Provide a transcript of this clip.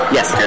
Yes